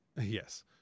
Yes